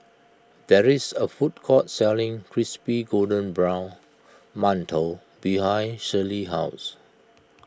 there is a food court selling Crispy Golden Brown Mantou behind Shirlee's house